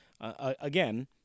Again